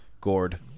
Gourd